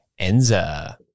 Enza